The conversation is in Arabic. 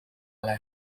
على